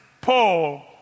Paul